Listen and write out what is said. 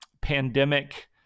pandemic